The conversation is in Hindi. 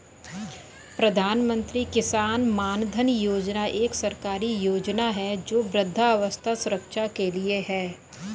प्रधानमंत्री किसान मानधन योजना एक सरकारी योजना है जो वृद्धावस्था सुरक्षा के लिए है